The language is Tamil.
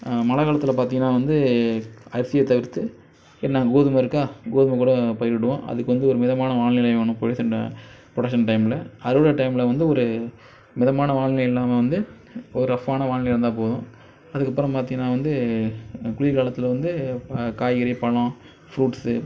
மழைக்காலத்துல பார்த்திங்கன்னா வந்து அரிசியைத் தவிர்த்து என்ன கோதுமை இருக்கா கோதுமை கூட பயிரிடுவோம் அதுக்கு வந்து ஒரு மிதமான வானிலை வேணும் புரொடக்சன் டைம்மில் அறுவடை டைம்மில் வந்து ஒரு மிதமான வானிலை இல்லாம வந்து ஒரு ரஃபான வானிலை வந்தா போதும் அதுக்கப்புறம் பார்த்திங்கன்னா வந்து குளிர்காலத்தில் வந்து காய்கறி பழம் ஃபுரூட்ஸு